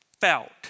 felt